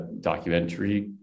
documentary